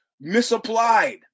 misapplied